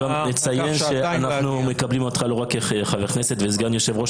אנחנו גם נציין שאנחנו מקבלים אותך לא רק כחבר כנסת וסגן יושב-ראש